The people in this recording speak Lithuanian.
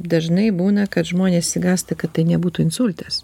dažnai būna kad žmonės išsigąsta kad tai nebūtų insultas